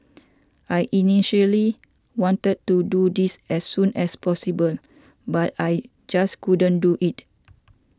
I initially wanted to do this as soon as possible but I just couldn't do it